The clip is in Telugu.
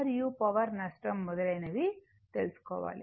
మరియు పవర్ నష్టం మొదలైనవి తెలుసుకోవాలి